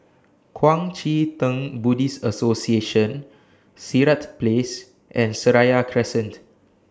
Kuang Chee Tng Buddhist Association Sirat Place and Seraya Crescent